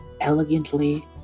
elegantly